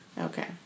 Okay